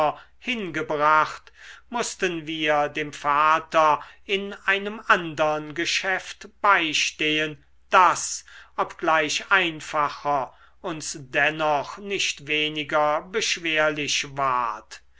hingebracht mußten wir dem vater in einem andern geschäft beistehen das obgleich einfacher uns dennoch nicht weniger beschwerlich ward